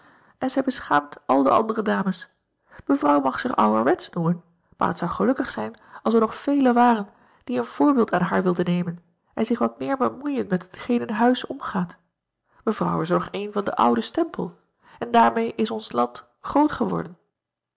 en zij beschaamt al de andere dames evrouw mag zich ouwerwetsch noemen maar het zou gelukkig zijn als er nog velen waren die een voorbeeld aan haar wilden nemen en zich wat meer bemoeien met hetgeen in huis omgaat evrouw is er nog eene van den ouden stempel en daarmeê is ons land groot geworden